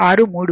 63